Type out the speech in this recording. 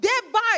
Thereby